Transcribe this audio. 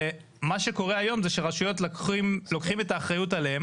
ומה שקורה היום זה שרשויות לוקחות את האחריות עליהן